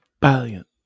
valiant